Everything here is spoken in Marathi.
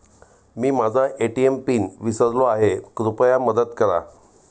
मी माझा ए.टी.एम पिन विसरलो आहे, कृपया मदत करा